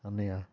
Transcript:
అన్నయ్య